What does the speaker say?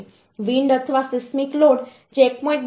wind અથવા seismic load જે 1